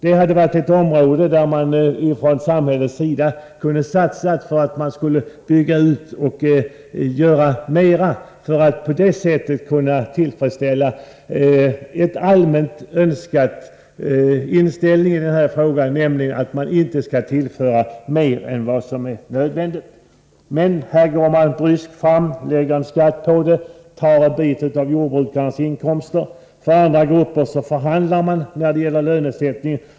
Det är ett område där man från samhällets sida borde satsa medel, så att man kunde bygga ut den verksamheten och på det sättet göra det möjligt att tillfredsställa en allmän önskan i den här frågan, nämligen att man inte skall tillföra mer gödselmedel än vad som är nödvändigt. Nu går man emellertid bryskt fram, lägger på skatt och tar en bit av jordbrukarnas inkomster. För andra grupper förhandlar man när det gäller lönesättningen.